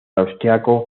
austríaco